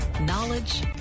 Knowledge